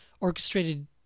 orchestrated